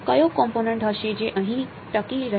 તો કયો કોમ્પોનેંટ હશે જે અહીં ટકી રહેશે